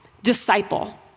disciple